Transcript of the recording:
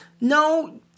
no